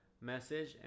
message